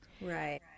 Right